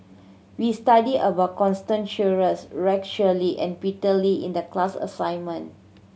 we studied about Constance Sheares Rex Shelley and Peter Lee in the class assignment